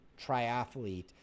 triathlete